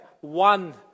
one